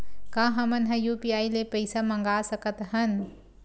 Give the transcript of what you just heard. का हमन ह यू.पी.आई ले पईसा मंगा सकत हन?